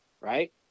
right